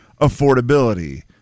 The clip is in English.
affordability